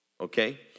Okay